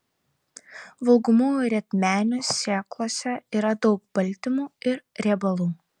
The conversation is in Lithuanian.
valgomųjų rietmenių sėklose yra daug baltymų ir riebalų